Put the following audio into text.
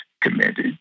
committed